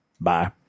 Bye